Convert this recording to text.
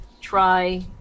try